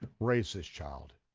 raise this child.